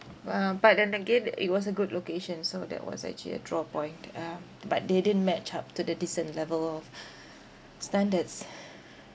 uh but then again it was a good location so that was actually a draw point um but they didn't match up to the decent level of standards